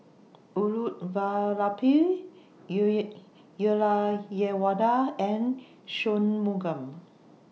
Elattuvalapil and Shunmugam